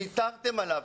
ויתרתם עליו.